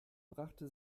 brachte